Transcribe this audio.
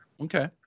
Okay